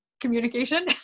communication